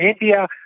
India